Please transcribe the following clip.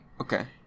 Okay